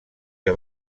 que